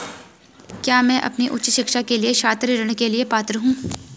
क्या मैं अपनी उच्च शिक्षा के लिए छात्र ऋण के लिए पात्र हूँ?